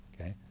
Okay